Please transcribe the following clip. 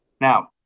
Now